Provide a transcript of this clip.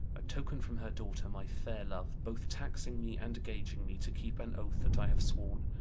a token from her daughter, my fair love, both taxing me and gaging me to keep an oath that i have sworn.